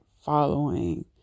following